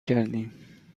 کردیم